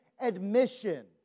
admission